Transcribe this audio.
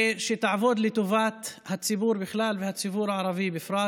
שתעבוד לטובת הציבור בכלל והציבור הערבי בפרט.